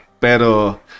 Pero